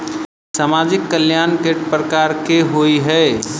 सामाजिक कल्याण केट प्रकार केँ होइ है?